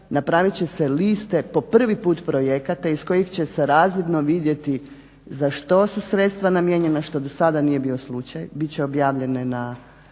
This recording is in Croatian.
Napravit će se liste po prvi put projekata iz kojih će se razvidno vidjeti za što su sredstva namijenjena, što do sada nije bio slučaj. Bit će objavljenje na